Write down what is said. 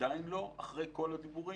עדיין לא, אחרי כל הדיבורים.